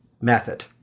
method